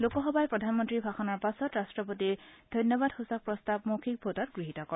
লোকসভাই প্ৰধানমন্তীৰ ভাষণৰ পাছত ৰট্টপতিৰ ধন্যবাদসূচক প্ৰস্তাৱ মৌখিক ভোটত গৃহীত কৰে